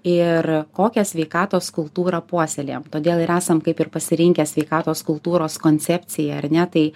ir kokią sveikatos kultūrą puoselėjam todėl ir esam kaip ir pasirinkę sveikatos kultūros koncepciją ar ne tai